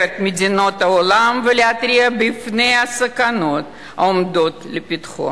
את מדינות העולם ולהתריע על הסכנות העומדות לפתחן.